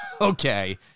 Okay